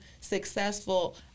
successful